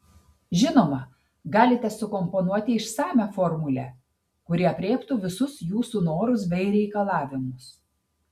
žinoma galite sukomponuoti išsamią formulę kuri aprėptų visus jūsų norus bei reikalavimus